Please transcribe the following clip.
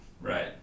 Right